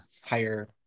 higher